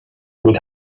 with